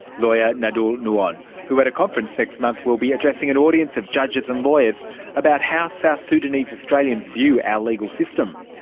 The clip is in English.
lawyer nyadol nyuon who at a conference next month will be addressing an audience of judges and lawyers about how south sudanese australians view our legal system.